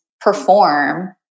perform